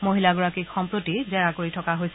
মহিলাগৰাকীক সম্প্ৰতি জেৰা কৰি থকা হৈছে